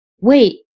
wait